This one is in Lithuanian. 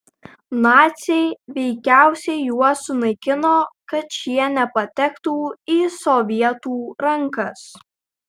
naciai veikiausiai juos sunaikino kad šie nepatektų į sovietų rankas